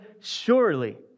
Surely